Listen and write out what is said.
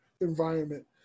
environment